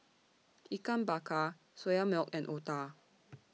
Ikan Bakar Soya Milk and Otah